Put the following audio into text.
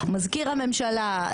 מזכיר הממשלה,